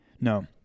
no